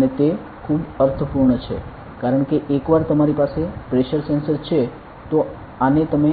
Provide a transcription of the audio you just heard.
અને તે ખૂબ અર્થપુર્ણ છે કારણ કે એકવાર તમારી પાસે પ્રેશર સેન્સર છે તો આને તમે